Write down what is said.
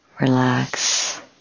relax